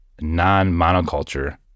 non-monoculture